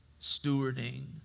stewarding